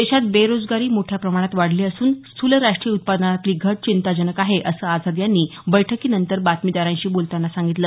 देशात बेरोजगारी मोठ्या प्रमाणात वाढली असून स्थूल राष्ट्रीय उत्पादनातली घट चिंताजनक आहे असं आझाद यांनी बैठकीनंतर बातमीदारांशी बोलताना सांगितलं